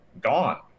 gone